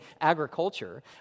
agriculture